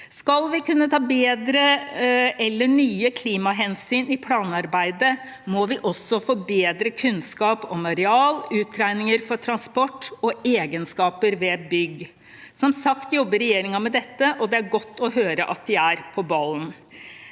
Skal vi kunne ta bedre eller nye klimahensyn i planarbeidet, må vi også få bedre kunnskap om areal, utregninger for transport og egenskaper ved bygg. Som sagt jobber regjeringen med dette, og det er godt å høre at de er på ballen.